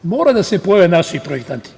Ali, moraju da se pojave naši projektanti.